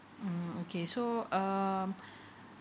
mm okay so um